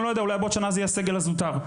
אולי בעוד שנה זה יהיה הסגל הזוטר.